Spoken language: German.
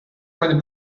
meine